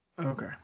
Okay